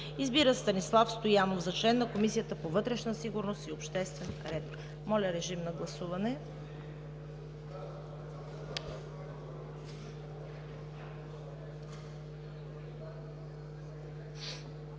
Избира Станислав Стоянов за член на Комисията по вътрешна сигурност и обществен ред.“ Моля, режим на гласуване.